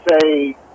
say